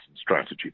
strategy